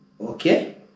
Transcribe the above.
Okay